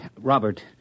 Robert